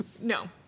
no